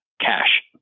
cash